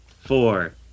four